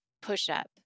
push-up